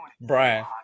Brian